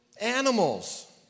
animals